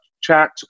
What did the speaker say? chat